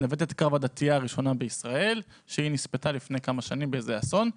נווטת הקרב הדתייה הראשונה בישראל שהיא נספתה לפני כמה שנים באיזה אסון.